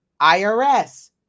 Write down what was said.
IRS